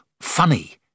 funny